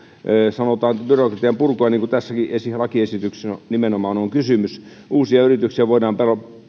sanotaan esimerkiksi byrokratian purkua josta tässäkin lakiesityksessä nimenomaan on kysymys uusia yrityksiä voidaan